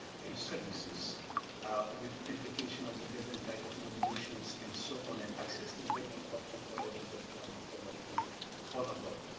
and services with implication of the different type of modulations and so on and access is really important for everybody to understand what it is all about.